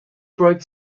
broke